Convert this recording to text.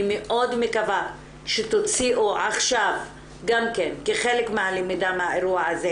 אני מאוד מקווה שתוציאו עכשיו גם כן כחלק מהלמידה מהאירוע הזה,